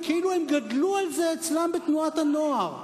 כאילו הם גדלו על זה אצלם בתנועת הנוער.